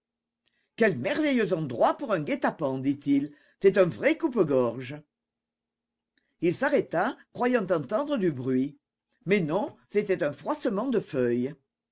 quel merveilleux endroit pour un guet-apens dit-il c'est un vrai coupe-gorge il s'arrêta croyant entendre du bruit mais non c'était un froissement de feuilles